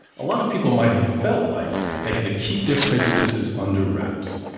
a lot of people might have felt like they had to keep their prejudices under wraps.